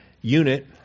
unit